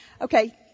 Okay